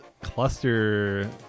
cluster